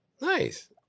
Nice